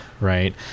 right